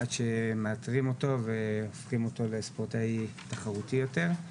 עד שמאתרים אותו והופכים אותו לספורטאי תחרותי יותר.